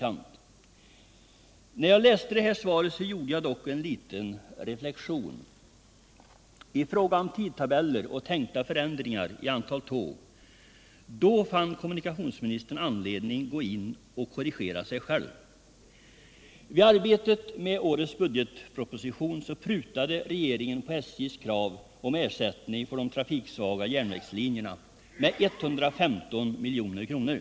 När jag läste det här svaret gjorde jag dock en liten reflexion. När det gäller tidtabeller och tilltänkta förändringar av antalet tåg har kommunikationsministern funnit anledning att gå in och korrigera sig själv. Vid arbetet med årets budgetproposition prutade regeringen på SJ:s krav om ersättning för de trafiksvaga järnvägslinjerna med 115 milj.kr.